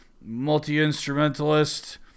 multi-instrumentalist